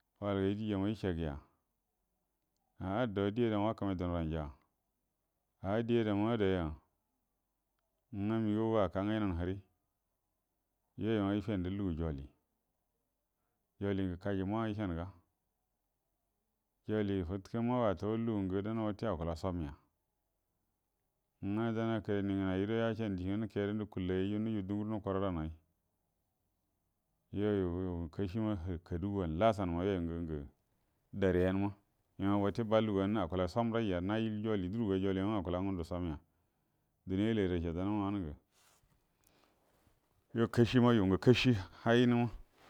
Jama’ma ga gal gay diema yəcəaga a’ do die dama wakəmay dunoranja, die adama adaya, ngwə məgəaw go aka ngwə yənanu hierl, yuo yu ma yəcendə lugu judie, judit gə kajumua’ yəcəanaga, judie fədkə mago dan ma wate lugungə damma akuəla com’ya ngwə dan yəganay ngənnay guəro yacənə iengwə nəkegadanay rə nujugu die nukuoradan ‘ay, yuoyu nga dare ‘an’na, youyu dan lugu’an akuela comrayya, naji jolie durguə ga, jaulice ‘a dan akuəla ngundə comya duniya rə lairaco dan ma wanəngə uumun yuo kashi ma yu ngə kashi hay nə ma.